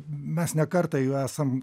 mes ne kartą jau esam